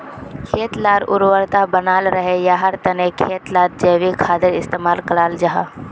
खेत लार उर्वरता बनाल रहे, याहार तने खेत लात जैविक खादेर इस्तेमाल कराल जाहा